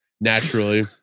naturally